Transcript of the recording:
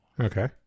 Okay